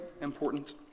important